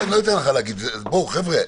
אני רק רוצה להגיד לפקידי משרד הבריאות,